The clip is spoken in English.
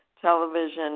television